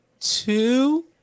two